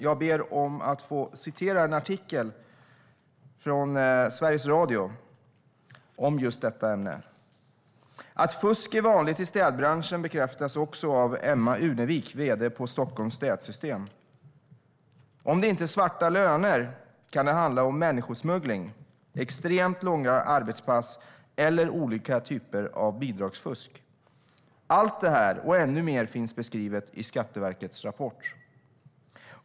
Jag ber att få citera en artikel från Sveriges Radio om just detta ämne: "Att fusk är vanligt i städbranschen bekräftas också av Emma Unevik, vd på Stockholms Städssystem. Om det inte är svarta löner kan det handla om människosmuggling, extremt långa arbetspass eller olika typer av bidragsfusk. Allt det här och ännu mer finns beskrivet i Skatteverkets rapport.